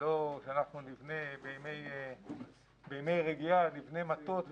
ולא שאנחנו נבנה ברגעי רגיעה מטות,